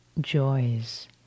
joys